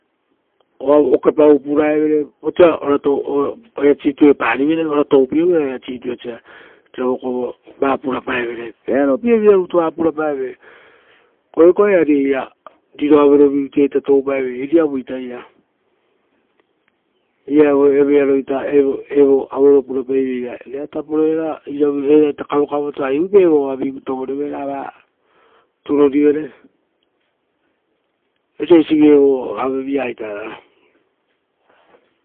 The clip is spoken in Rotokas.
Okepavu puraevere, vosa ora toupieuvere ra oira situeri osa vokovoita purapaevere, vearopievira rutu va purapaevere. Koekoe ari eira riro averovirutuiaita toupaeveira. Uva iriavuaita eira iria evo averovi purapaeveira. Rera tapo era kavokavoto, ari uvuipai ra vari tovorevere ra va turorivere, oisio eisi evo avevi aita eva.